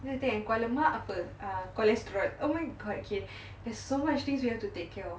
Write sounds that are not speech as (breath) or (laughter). that's the thing kuah lemak apa ah cholesterol oh my god okay (breath) there's so much things we have to take care of